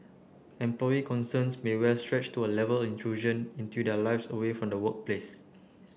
employee concerns may well stretch to A Level intrusion into their lives away from the workplace